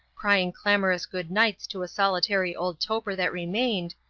crying clamorous good nights to a solitary old toper that remained,